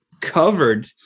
covered